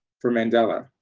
for mandela,